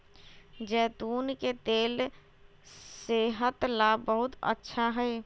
जैतून के तेल सेहत ला बहुत अच्छा हई